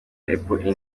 apple